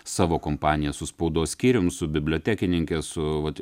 savo kompanija su spaudos skyrium su bibliotekininke su vat